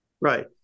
Right